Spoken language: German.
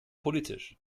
politisch